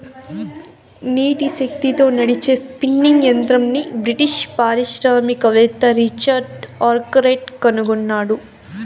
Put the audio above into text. నీటి శక్తితో నడిచే స్పిన్నింగ్ యంత్రంని బ్రిటిష్ పారిశ్రామికవేత్త రిచర్డ్ ఆర్క్రైట్ కనుగొన్నాడు